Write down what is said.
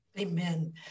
Amen